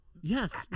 Yes